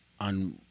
on